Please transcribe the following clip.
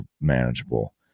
manageable